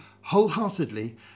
wholeheartedly